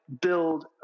build